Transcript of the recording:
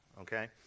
Okay